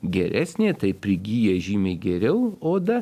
geresnė tai prigyja žymiai geriau oda